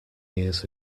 years